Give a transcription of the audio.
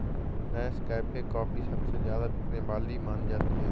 Nescafe coffee सबसे ज्यादा बिकने वाली मानी जाती है